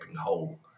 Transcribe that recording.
hole